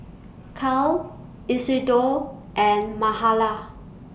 Cale Isidor and Mahala